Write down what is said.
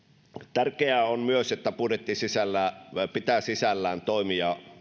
tärkeää on myös että budjetti pitää sisällään toimia